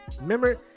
Remember